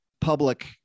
public